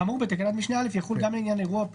"האמור בתקנת משנה (א) יחול גם לעניין אירוע או